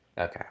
okay